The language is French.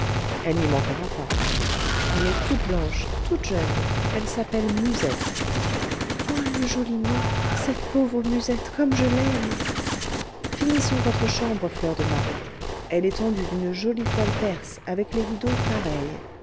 elle n'y manquera pas elle est toute blanche toute jeune elle s'appelle musette ah le joli nom cette pauvre musette comme je l'aime finissons votre chambre fleur de marie elle est tendue d'une jolie toile perse avec les rideaux pareils